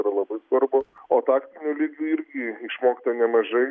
yra labai svarbu o taktiniu lygiu irgi išmokta nemažai